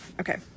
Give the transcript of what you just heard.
Okay